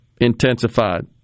intensified